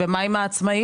ומה עם העצמאים?